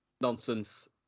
nonsense